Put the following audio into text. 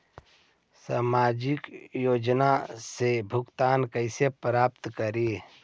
सामाजिक योजना से भुगतान कैसे प्राप्त करी?